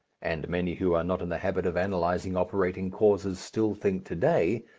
and many who are not in the habit of analyzing operating causes, still think to-day,